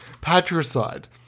Patricide